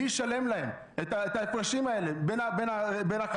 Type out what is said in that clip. מי ישלם להן את ההפרשים האלה בין החל"ת,